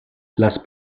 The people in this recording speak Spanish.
las